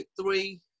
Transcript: three